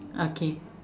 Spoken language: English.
okay